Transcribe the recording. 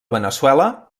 veneçuela